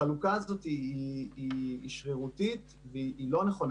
החלוקה הזאת היא שרירותית והיא לא נכונה.